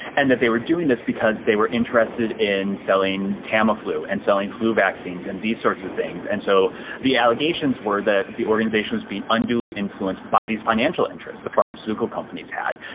and that they were doing this because they were interested in selling tamiflu and selling flu vaccines and these sorts of things. and so the allegations were that the organisation was being unduly influenced by these financial interests the pharmaceutical companies had.